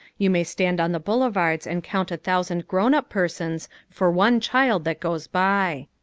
you may stand on the boulevards and count a thousand grown-up persons for one child that goes by.